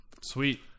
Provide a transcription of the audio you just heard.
Sweet